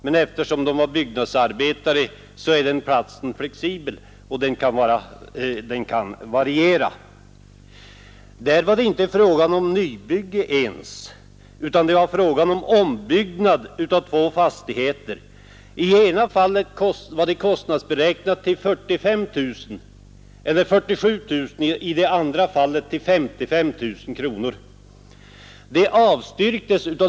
Men eftersom de är byggnadsarbetare kan naturligtvis arbetsplatsen i viss mån växla. Där var det inte ens fråga om nybyggnad, utan om ombyggnad av två fastigheter. Den ena var kostnadsberäknad till 47 000 kronor och den andra till 55 000 kronor.